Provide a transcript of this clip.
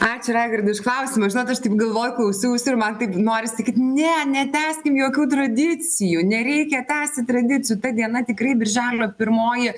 ačiū raigardai už klausimą žinot aš taip galvojau klausiausi ir man tik noris sakyt ne netęskim jokių tradicijų nereikia tęsti tradicijų ta diena tikrai birželio pirmoji